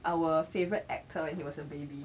our favourite actor when he was a baby